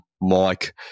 Mike